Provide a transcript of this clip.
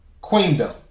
Queendom